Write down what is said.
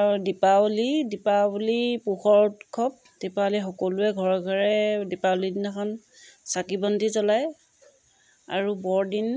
আৰু দীপাৱলী দীপাৱলী পোহৰ উৎসৱ দীপাৱলী সকলোৱে ঘৰে ঘৰে দীপাৱলী দিনাখন চাকি বন্তি জ্বলায় আৰু বৰদিন